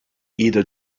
either